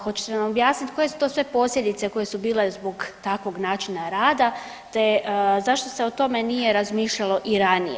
Hoćete nam objasnit koje su to sve posljedice koje su bile zbog takvog načina rada te zašto se o tome nije razmišljalo i ranije?